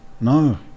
no